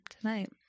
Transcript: tonight